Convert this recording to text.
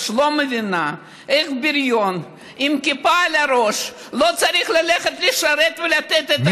לא מבינה איך בריון עם כיפה על הראש לא צריך ללכת לשרת ולתת את השנים,